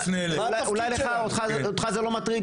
אולי אותך זה לא מטריד,